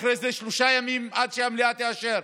ואחרי זה שלושה ימים עד שהמליאה תאשר.